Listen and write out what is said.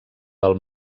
del